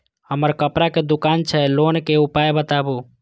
हमर कपड़ा के दुकान छै लोन के उपाय बताबू?